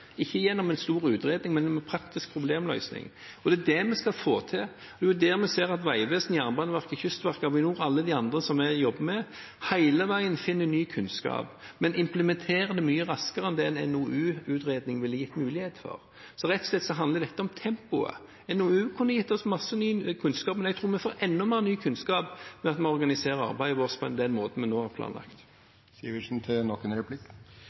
Ikke gjennom en stor utredning, men gjennom praktisk problemløsning. Det er det vi skal få til, og det er der vi ser at Vegvesenet, Jernbaneverket, Kystverket, Avinor og alle de andre vi jobber med, hele veien finner ny kunnskap, men de implementerer den mye raskere enn det en NOU ville gitt mulighet for. Så dette handler rett og slett om tempoet. En NOU kunne gitt oss mye ny kunnskap, men jeg tror vi får enda mer ny kunnskap ved at vi organiserer arbeidet vårt på den måten vi nå har